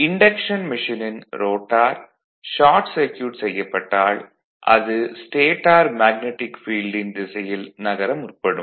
induction மெஷினின் rotor short circuit செய்யப்பட்டால் அது ஸ்டேடார் மேக்னடிக் ஃபீல்டின் திசையில் நகர முற்படும்